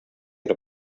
era